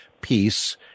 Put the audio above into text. Peace